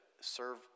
serve